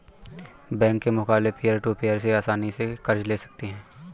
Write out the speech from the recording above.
bank के मुकाबले peer to peer से आसनी से कर्ज ले सकते है